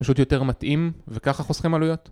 פשוט יותר מתאים, וככה חוסכים עלויות